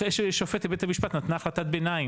אחרי ששופטת בית המשפט נתנה החלטת ביניים,